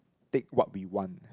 take what we want